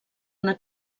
una